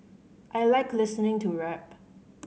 I like listening to rap